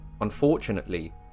Unfortunately